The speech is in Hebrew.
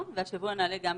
בלבד,